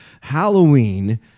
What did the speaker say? Halloween